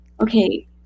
Okay